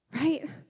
Right